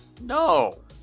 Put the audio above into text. No